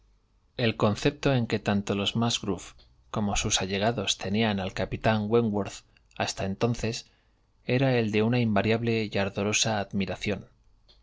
el concepto en que tanto los musgrove como sus allegados tenían al capitán wentworth hasta entonces era el de una invariable y ardorosa admiración